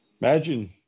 Imagine